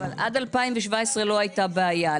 עד 2017 לא הייתה בעיה.